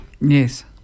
Yes